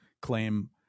claim